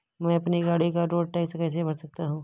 मैं अपनी गाड़ी का रोड टैक्स कैसे भर सकता हूँ?